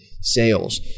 sales